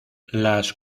las